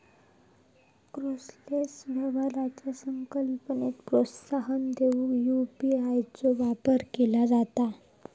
cashless व्यवहाराचा संकल्पनेक प्रोत्साहन देऊक यू.पी.आय चो वापर केला जाता